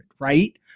right